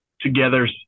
together